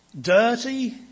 dirty